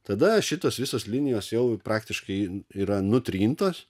tada šitos visos linijos jau praktiškai yra nutrintos